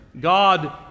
God